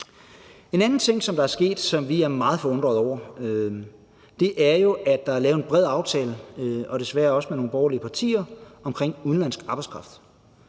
er sket, som vi er meget forundrede over, er jo, at der er lavet en bred aftale – og desværre også med nogle borgerlige partier – om udenlandsk arbejdskraft.